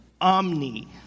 omni